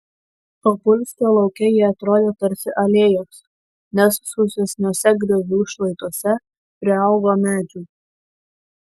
opulskio lauke jie atrodo tarsi alėjos nes sausesniuose griovių šlaituose priaugo medžių